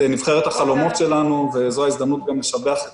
את נבחרת החלומות שלנו וזו ההזדמנות גם לשבח את